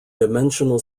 dimensional